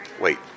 Wait